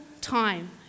time